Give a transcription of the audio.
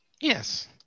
Yes